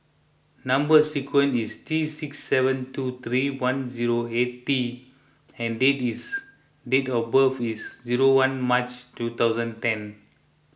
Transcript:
Number Sequence is T six seven two three one zero eight T and day this date of birth is zero one March two thousand ten